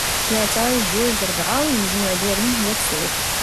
تلات، جوج، ربعة، و المجموع ديالهم هو تسعود